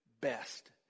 best